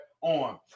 on